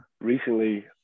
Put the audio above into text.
recently